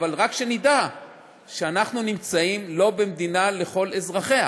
אבל רק שנדע שאנחנו נמצאים לא במדינה לכל אזרחיה,